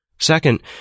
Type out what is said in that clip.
Second